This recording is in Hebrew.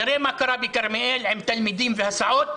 תראה מה קרה בכרמיאל עם תלמידים והסעות,